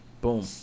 Boom